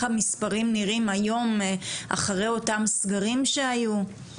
המספרים נראים היום אחרי אותם סגרים שהיו.